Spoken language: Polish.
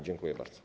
Dziękuję bardzo.